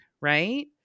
right